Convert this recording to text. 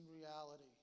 reality